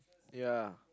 ya